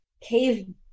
cave